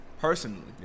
Personally